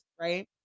right